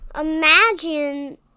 imagine